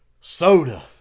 soda